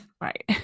Right